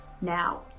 now